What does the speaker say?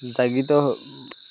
জাগৃত